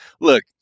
look